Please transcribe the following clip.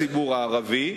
בכללו הציבור הערבי,